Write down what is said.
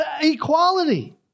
equality